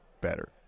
better